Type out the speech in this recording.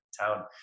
town